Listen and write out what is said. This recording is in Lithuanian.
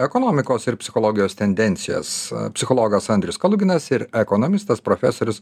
ekonomikos ir psichologijos tendencijas psichologas andrius kaluginos ir ekonomistas profesorius